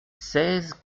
seize